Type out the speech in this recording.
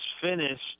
finished